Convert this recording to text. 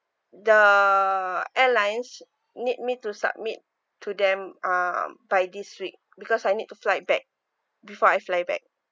the airlines need me to submit to them um by this week because I need to fly back before I fly back